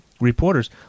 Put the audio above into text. reporters